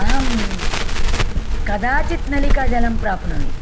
अहं कदाचित् नलिकाजलं प्राप्नोमि